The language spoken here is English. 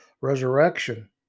resurrection